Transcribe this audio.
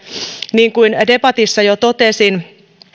niin kuten debatissa jo totesin